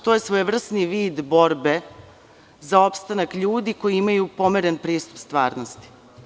To je svojevrstan vid borbe za opstanak ljudi koji imaju pomeren pristup stvarnosti.